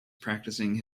practicing